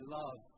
love